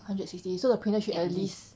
hundred sixty so the printer should at least